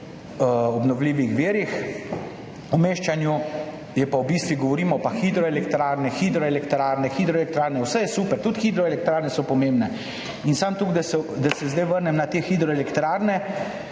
obnovljivih virov, pa v bistvu govorimo hidroelektrarne, hidroelektrarne, hidroelektrarne. Vse je super. Tudi hidroelektrarne so pomembne. Samo toliko, da se zdaj vrnem na te hidroelektrarne,